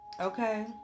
Okay